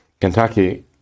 Kentucky